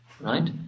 Right